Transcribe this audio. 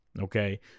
Okay